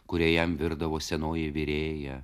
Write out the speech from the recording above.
kurią jam virdavo senoji virėja